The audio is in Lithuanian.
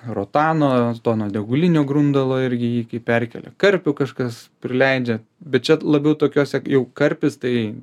rotano to nuodėgulinio grundalo irgi jį perkėlė karpių kažkas prileidžia bet čia labiau tokiose jau karpis tai